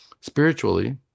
Spiritually